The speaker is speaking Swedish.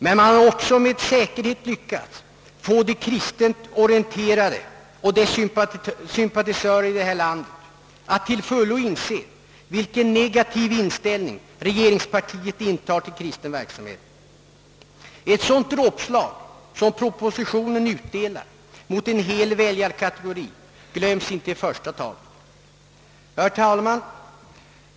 Men man har också med säkerhet lyckats få de kristet orinterade och deras sympatisörer i detta land att till fullo inse vilken negativ inställning regeringspartiet intar till kristen verksamhet. Ett sådant dråpslag som propositionen utdelar mot en hel väljarkategori glöms inte i första taget. Herr talman!